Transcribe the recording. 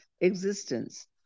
existence